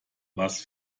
was